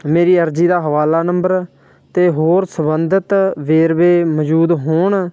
ਮੇਰੀ ਅਰਜ਼ੀ ਦਾ ਹਵਾਲਾ ਨੰਬਰ ਅਤੇ ਹੋਰ ਸੰਬੰਧਿਤ ਵੇਰਵੇ ਮੌਜੂਦ ਹੋਣ